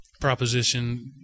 proposition